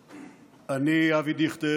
אני, אבי דיכטר,